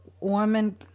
woman